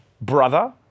brother